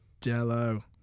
Jello